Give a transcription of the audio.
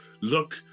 look